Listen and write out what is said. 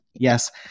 Yes